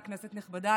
כנסת נכבדה,